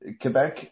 Quebec